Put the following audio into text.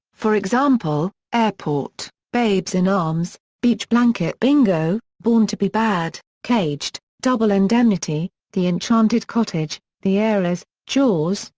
for example, airport, babes in arms, beach blanket bingo, born to be bad, caged, double indemnity, the enchanted cottage, the heiress jaws,